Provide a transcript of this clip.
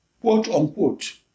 quote-unquote